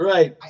Right